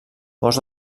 molts